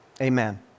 amen